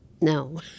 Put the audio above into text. No